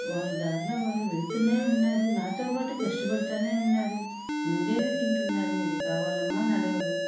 వాళ్ళ దారిలో వాళ్ళు వెళ్తూనే ఉన్నారు నాతోపాటు కష్టపడతానే ఉన్నారు ఉండేది తింటున్నారు ఇది కావాలమ్మా అని అడగరు